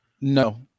No